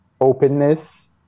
openness